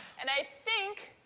and i think,